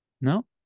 No